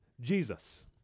Jesus